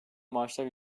maaşlar